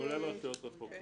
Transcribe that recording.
כולל רשויות רחוקות.